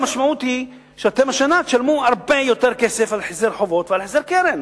המשמעות היא שאתם השנה תשלמו הרבה יותר כסף על החזר חובות ועל החזר קרן.